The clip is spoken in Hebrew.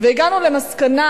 והגענו למסקנה,